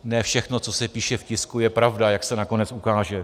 Ne všechno, co se píše v tisku, je pravda, jak se nakonec ukáže.